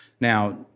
Now